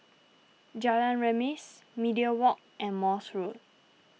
Jalan Remis Media Walk and Morse Road